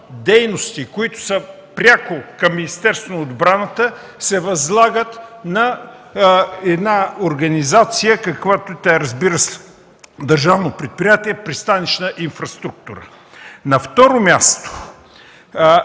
които са пряко към Министерството на отбраната, се възлагат на една организация – тя, разбира се, е държавно предприятие, каквато е „Пристанищна инфраструктура”. На второ място,